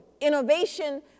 innovation